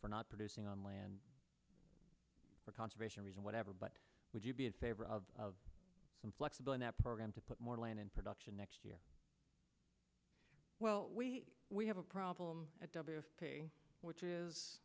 for not producing on land for conservation reason whatever but would you be in favor of some flexible in that program to put more land in production next year well we we have a problem at which is